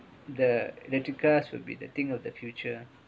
the electric cars will be the thing of the future